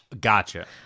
Gotcha